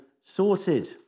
sorted